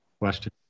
Question